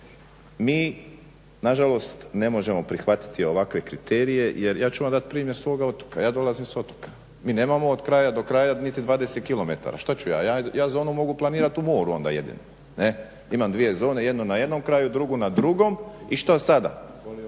Mi nažalost ne možemo prihvatiti ovakve kriterije je ja ću vam dati primjer svog otoka, ja dolazim s otoka, mi nemamo od kraja do kraja niti 20 km, što ću ja? Ja zonu mogu planirati u moru onda jedino, ne, imam dvije zone, jednu na jednom kraju, drugu na drugom i što sada?